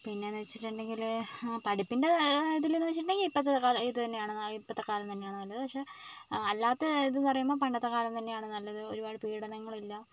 പിന്നെ എന്ന് വെച്ചിട്ടുണ്ടെങ്കിൽ പഠിപ്പിൻ്റെ അതിൽ എന്ന് വെച്ചിട്ടുണ്ടെങ്കിൽ ഇപ്പോഴത്തെ കാലം ഇതുതന്നെയാണ് ഇപ്പോഴത്തെ കാലം തന്നെയാണ് നല്ലത് പക്ഷേ അല്ലാത്ത ഇത് പറയുമ്പോൾ പണ്ടത്തെ കാലം തന്നെയാണ് നല്ലത് ഒരുപാട് പീഡനങ്ങളില്ല